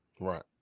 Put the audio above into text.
Right